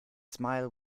smile